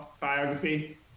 biography